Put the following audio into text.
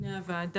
כן.